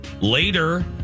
later